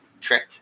trick